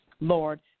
Lord